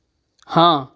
हाँ